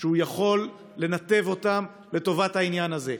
והוא יכול לנתב אותם לטובת העניין הזה,